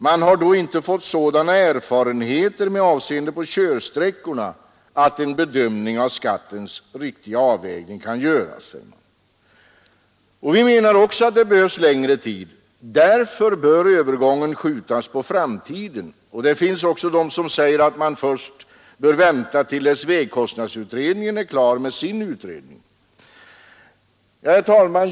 Man har då inte fått sådana erfarenheter med avseende på körsträckorna att en bedömning av skattens riktiga avvägning kan göras. Vi menar också att det behövs längre tid. Därför bör övergången skjutas på framtiden, och det finns också de som säger, att man först bör vänta till dess att vägkostnadsutredningen är klar. Herr talman!